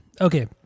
Okay